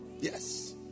Yes